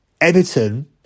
Everton